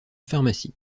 pharmacie